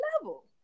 level